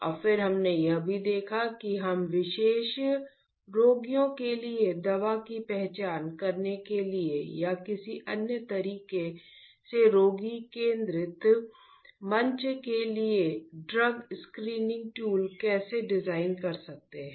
और फिर हमने यह भी देखा कि हम विशेष रोगियों के लिए दवा की पहचान करने के लिए या किसी अन्य तरीके से रोगी केंद्रित मंच के लिए ड्रग स्क्रीनिंग टूल कैसे डिजाइन कर सकते हैं